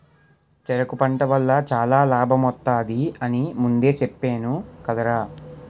చెరకు పంట వల్ల చాలా లాభమొత్తది అని ముందే చెప్పేను కదరా?